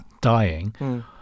dying